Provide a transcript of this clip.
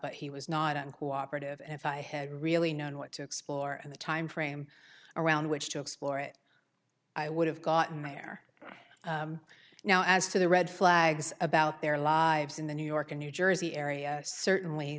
but he was not uncooperative and if i had really known what to explore and the timeframe around which to explore it i would have gotten there right now as to the red flags about their lives in the new york and new jersey area certainly